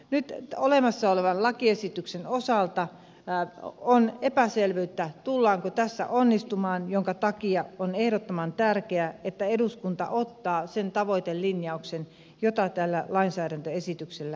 nyt olemassa olevan lakiesityksen osalta on epäselvyyttä tullaanko tässä onnistumaan minkä takia on ehdottoman tärkeää että eduskunta ottaa sen tavoitelinjauksen jota tällä lainsäädäntöesityksellä haetaan